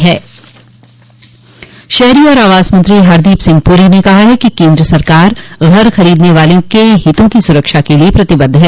शहरी और आवास मंत्री हरदीप सिंह पुरी न कहा है कि केंद्र सरकार घर खरीदने वालों के हितों की सुरक्षा के लिए प्रतिबद्ध है